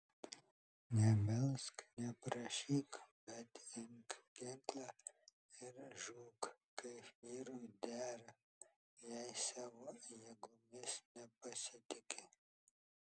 nemelsk neprašyk bet imk ginklą ir žūk kaip vyrui dera jei savo jėgomis nepasitiki